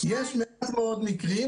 יש מעט מאוד מקרים,